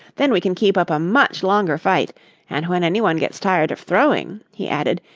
then we can keep up a much longer fight and when anyone gets tired throwing, he added,